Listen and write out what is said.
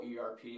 ERP